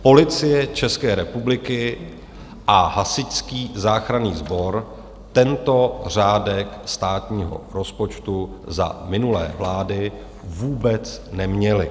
Policie České republiky a Hasičský záchranný sbor tento řádek státního rozpočtu za minulé vlády vůbec neměly.